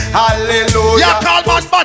hallelujah